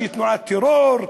שהיא תנועת טרור,